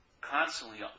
constantly